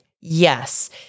yes